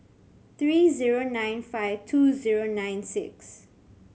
three zero nine five two zero nine six